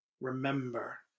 Remember